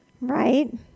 Right